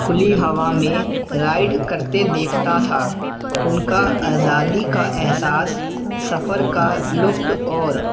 کھلی ہوا میں رائڈ کرتے دیکھتا تھا ان کا آزادی کا احساس سفر کا لطف اور